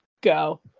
go